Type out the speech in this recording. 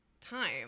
time